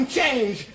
change